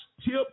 tip